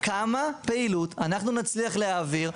כמה פעילות אנחנו נצליח להעביר?